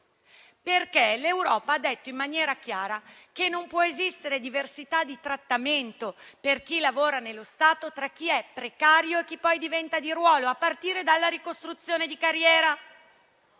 L'Europa ha detto infatti in maniera chiara che non può esistere diversità di trattamento per chi lavora nello Stato tra chi è precario e chi poi diventa di ruolo, a partire dalla ricostruzione di carriera,